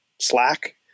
Slack